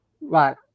right